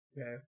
Okay